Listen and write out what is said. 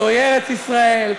זוהי ארץ-ישראל,